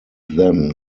then